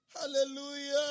Hallelujah